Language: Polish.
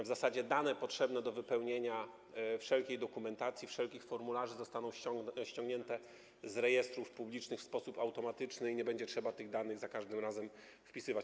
W zasadzie dane potrzebne do wypełnienia wszelkiej dokumentacji, wszelkich formularzy zostaną ściągnięte z rejestrów publicznych w sposób automatyczny i nie trzeba będzie tych danych za każdym razem wpisywać.